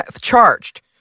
charged